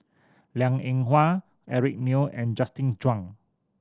Liang Eng Hwa Eric Neo and Justin Zhuang